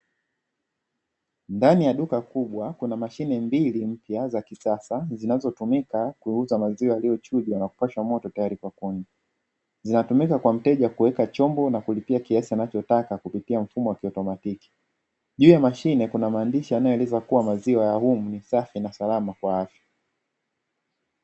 Ndani ya duka kubwa kuna mashine mbili mpya za kisasa zinazotumika kuuza maziwa yaliyochujwa na kupashwa moto tayari kwa kunywa, inatumika kwa mteja kuweka chombo na kulipia kiasi anachotaka kupitia mfumo wa kiautomatik, juu ya mashine kuna maandishi yanyoeleza kuwa maziwa ya humo ni safi na salama kwa afya.